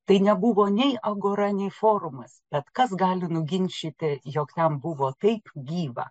tai nebuvo nei agora nei forumas bet kas gali nuginčyti jog ten buvo taip gyva